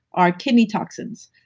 are kidney toxins.